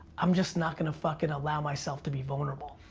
i'm just not gonna fuckin' allow myself to be vulnerable.